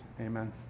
Amen